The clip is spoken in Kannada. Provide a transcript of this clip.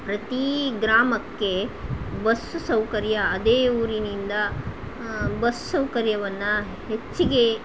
ಪ್ರತೀ ಗ್ರಾಮಕ್ಕೆ ಬಸ್ ಸೌಕರ್ಯ ಅದೇ ಊರಿನಿಂದ ಬಸ್ ಸೌಕರ್ಯವನ್ನು ಹೆಚ್ಚಿಗೆ